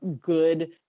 good